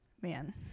man